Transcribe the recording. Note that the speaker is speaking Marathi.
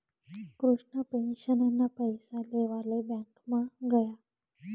कृष्णा पेंशनना पैसा लेवाले ब्यांकमा गया